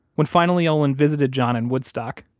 when finally olin visited john in woodstock,